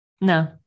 No